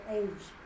age